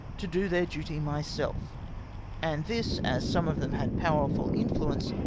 to do their duty myself and this, as some of them had powerful influence,